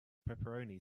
pepperoni